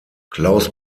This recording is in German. claus